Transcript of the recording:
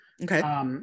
Okay